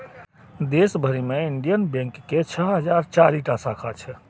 देश भरि मे इंडियन बैंक के छह हजार चारि टा शाखा छै